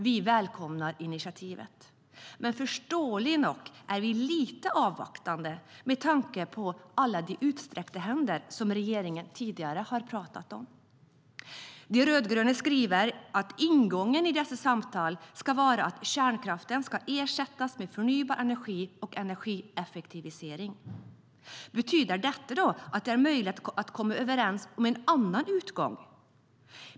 Vi välkomnar det initiativet, men förståeligt nog är vi lite avvaktande vid tanken på alla de utsträckta händer som regeringen tidigare har pratat om.De rödgröna skriver att ingången i dessa samtal ska vara att kärnkraften ska ersättas med förnybar energi och energieffektivisering. Betyder detta att det är möjligt att komma överens om en annan utgång?